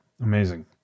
Amazing